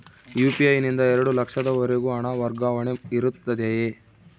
UPI ನಿಂದ ಎರಡು ಲಕ್ಷದವರೆಗೂ ಹಣ ವರ್ಗಾವಣೆ ಇರುತ್ತದೆಯೇ?